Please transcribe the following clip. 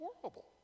horrible